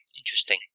Interesting